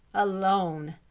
alone!